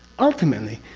ultimately.